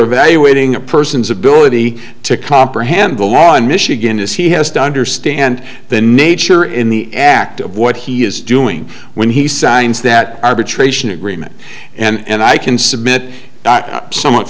evaluating a person's ability to comprehend the law in michigan as he has done or stand the nature in the act of what he is doing when he signs that arbitration agreement and i can submit somewhat